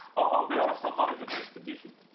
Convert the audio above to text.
be honest i'm not in the best condition